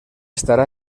estarà